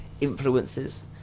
influences